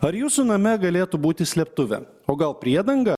ar jūsų name galėtų būti slėptuvė o gal priedanga